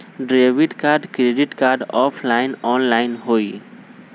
Debit card credit card offline online होई?